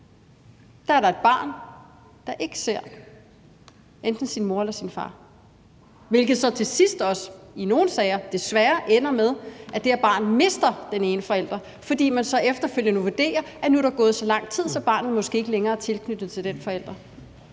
går, er der et barn, der ikke ser enten sin mor eller sin far, hvilket så til sidst også i nogle sager desværre ender med, at barnet mister den ene forælder, fordi man så efterfølgende vurderer, at nu er der gået så lang tid, at barnet måske ikke længere er tilknyttet den forælder.